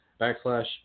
backslash